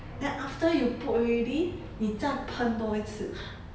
then after you put already 你再喷多一次